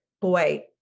boy